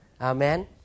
Amen